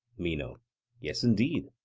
meno yes, indeed.